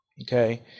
Okay